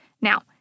Now